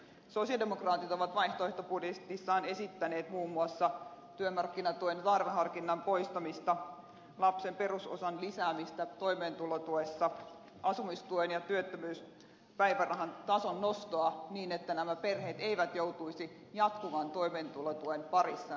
sosialidemokraatit ovat vaihtoehtobudjetissaan esittäneet muun muassa työmarkkinatuen tarveharkinnan poistamista perusosan lisäämistä lapsiperheiden toimeentulotuessa asumistuen ja työttömyyspäivärahan tason nostoa niin että nämä perheet eivät joutuisi jatkuvaan toimeentulotuen parissa elämiseen